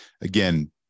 again